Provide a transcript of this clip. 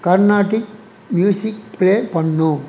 Carnatic music play பண்ணு